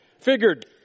Figured